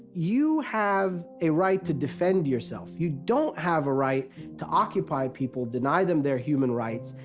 you have a right to defend yourself. you don't have a right to occupy people, deny them their human rights,